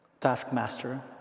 taskmaster